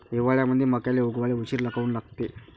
हिवाळ्यामंदी मक्याले उगवाले उशीर काऊन लागते?